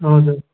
हजुर